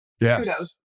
Yes